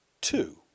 Two